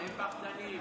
הם פחדנים,